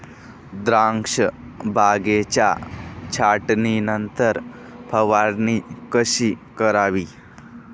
द्राक्ष बागेच्या छाटणीनंतर फवारणी कशी करावी?